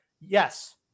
yes